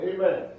Amen